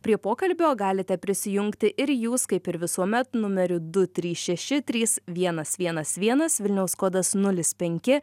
prie pokalbio galite prisijungti ir jūs kaip ir visuomet numeriu du trys šeši trys vienas vienas vienas vilniaus kodas nulis penki